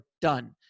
done